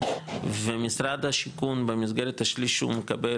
ומשרד השיכון במסגרת השליש שהוא מקבל,